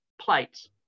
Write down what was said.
plates